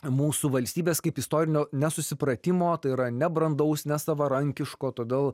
mūsų valstybės kaip istorinio nesusipratimo tai yra nebrandaus nesavarankiško todėl